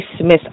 Miss